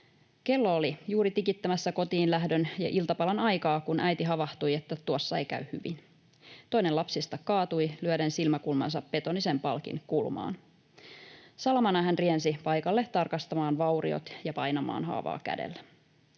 Kello oli juuri tikittämässä kotiinlähdön ja iltapalan aikaa, kun äiti havahtui, että tuossa ei käy hyvin. Toinen lapsista kaatui lyöden silmäkulmansa betonisen palkin kulmaan. Salamana hän riensi paikalle tarkastamaan vauriot ja painamaan haavaa kädellä.